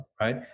right